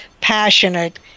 passionate